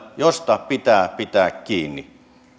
josta pitää pitää kiinni